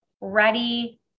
ready